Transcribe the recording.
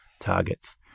targets